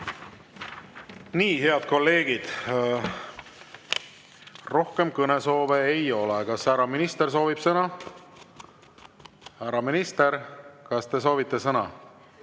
Nii, head kolleegid! Rohkem kõnesoove ei ole. Kas härra minister soovib sõna? Härra minister, kas te soovite sõna?